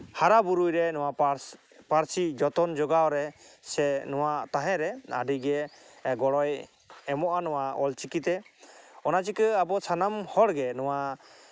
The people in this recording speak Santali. ᱦᱟᱨᱟᱼᱵᱩᱨᱩᱭ ᱨᱮ ᱱᱚᱣᱟ ᱯᱟᱹᱨᱥᱤ ᱡᱚᱛᱚᱱ ᱡᱚᱜᱟᱣ ᱨᱮ ᱥᱮ ᱱᱚᱣᱟ ᱛᱟᱦᱮᱸᱨᱮ ᱟᱹᱰᱤᱜᱮ ᱜᱚᱲᱚᱭ ᱮᱢᱚᱜᱼᱟ ᱱᱚᱣᱟ ᱚᱞᱪᱤᱠᱤᱛᱮ ᱚᱱᱟ ᱪᱤᱠᱟᱹ ᱟᱵᱚ ᱥᱟᱱᱟᱢ ᱦᱚᱲᱜᱮ ᱱᱚᱣᱟ